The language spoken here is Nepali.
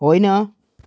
होइन